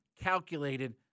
calculated